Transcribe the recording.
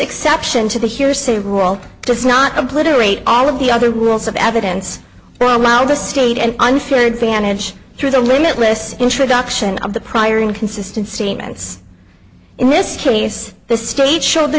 exception to the hearsay rule does not obliterated all of the other rules of evidence were allowed to state and unfair advantage through the limitless introduction of the prior inconsistent statements in this case the state show the